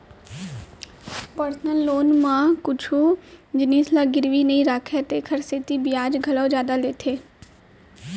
personal loan म कुछु जिनिस ल गिरवी नइ राखय तेकर सेती बियाज घलौ जादा लेथे